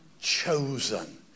chosen